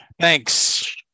Thanks